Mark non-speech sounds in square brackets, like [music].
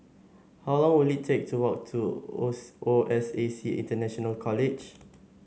how long will it take to walk to [unintelligible] O S A C International College